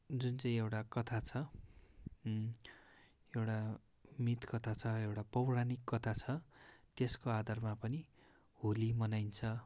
जुन चाहिँ एउटा कथा छ एउटा मिथ कथा छ एउटा पौराणिक कथा छ त्यसको आधारमा पनि होली मनाइन्छ